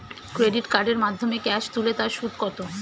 Credit কার্ডের মাধ্যমে cash তুলে তার সুদ কত?